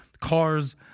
cars